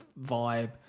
vibe